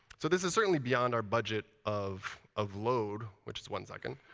so this is certainly beyond our budget of of load, which is one second.